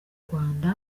rwanda